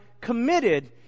committed